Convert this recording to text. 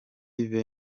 yves